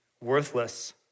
worthless